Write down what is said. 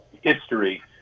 history